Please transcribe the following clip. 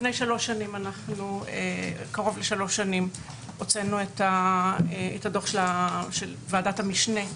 לפני קרוב לשלוש שנים הוצאנו את הדוח של ועדת המשנה,